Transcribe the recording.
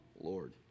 Lord